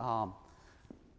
it